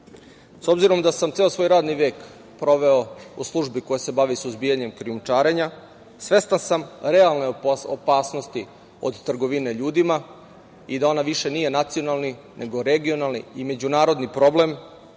obzirom da sam ceo svoj radni vek proveo u službi koja se bavi suzbijanjem krijumčarenja, svestan sam realne opasnosti od trgovine ljudima i da ona više nije nacionalni nego i regionalni i međunarodni problem